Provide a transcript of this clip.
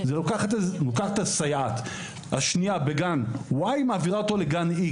היא לוקחת את הסייעת השנייה בגן מסוים ומעבירה אותה לגן הזה.